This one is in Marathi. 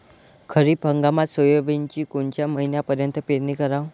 खरीप हंगामात सोयाबीनची कोनच्या महिन्यापर्यंत पेरनी कराव?